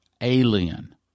alien